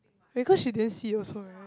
because she didn't see also right